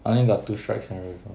I only got two strikes in a row before